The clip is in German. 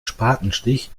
spatenstich